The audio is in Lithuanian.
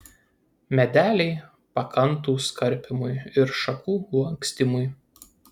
medeliai pakantūs karpymui ir šakų lankstymui